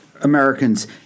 Americans